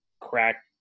crack